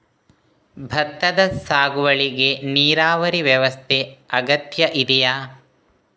ಭತ್ತದ ಸಾಗುವಳಿಗೆ ನೀರಾವರಿ ವ್ಯವಸ್ಥೆ ಅಗತ್ಯ ಇದೆಯಾ?